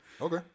Okay